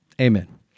Amen